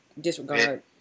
Disregard